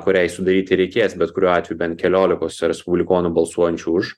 kuriai sudaryti reikės bet kuriuo atveju bent keliolikos respublikonų balsuojančių už